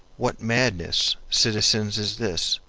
what madness, citizens, is this?